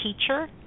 teacher